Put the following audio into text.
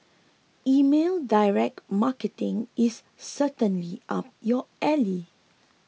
email direct marketing is certainly up your alley